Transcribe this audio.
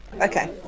Okay